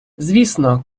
звісно